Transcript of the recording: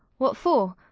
what for?